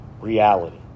reality